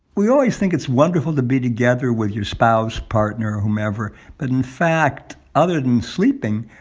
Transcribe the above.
we always think it's wonderful to be together with your spouse, partner, whomever. but in fact, other than sleeping,